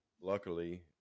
luckily